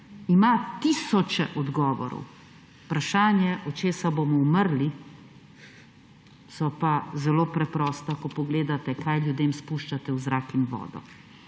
ima tisoče odgovorov. Vprašanja, od česa bomo umrli ,so pa zelo preprosta, ko pogledate, kaj ljudem spuščate v zrak in vodo.